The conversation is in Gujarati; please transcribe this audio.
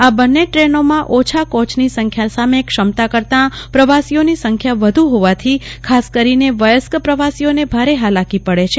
આ બન્ને ટ્રેનોમાં ઓછા કોચની સંખ્યાના સામે ક્ષમતા કરતાં પ્રવાસીઓની સંખ્યા વધુ હોવાથી ખાસ કરીને વયસ્ક પ્રવાસીઓને ભારે હાલાકી પડે છે